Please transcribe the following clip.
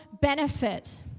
benefit